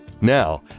Now